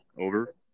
Over